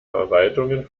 verwaltungen